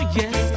yes